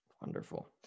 Wonderful